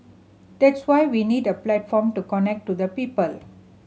that's why we need a platform to connect to the people